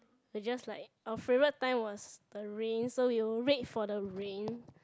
we just like our favourite time was the rain so we wait for the rain